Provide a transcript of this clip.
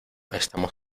estamos